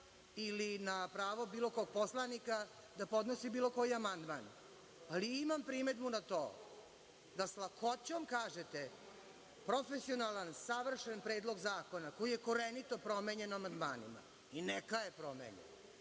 ili na pravo bilo kog poslanika da podnosi bilo koji amandman, ali imam primedbu na to da sa lakoćom kažete – profesionalan, savršen predlog zakona, koji je korenito promenjen amandmanima, i neka je promenjen,